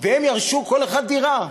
והם ירשו כל אחד דירה.